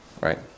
right